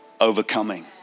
overcoming